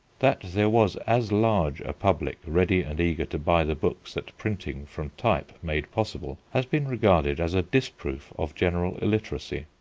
that there was as large a public ready and eager to buy the books that printing from type made possible has been regarded as a disproof of general illiteracy.